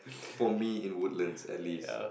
for me in Woodlands at least